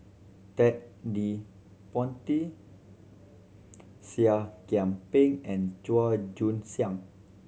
Ted De Ponti Seah Kian Peng and Chua Joon Siang